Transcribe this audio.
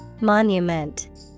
Monument